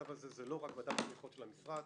אז זה לא רק ועדת התמיכות של המשרד,